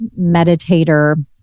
meditator